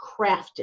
crafted